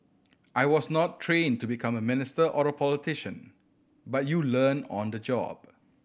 I was not trained to become a minister or a politician but you learn on the job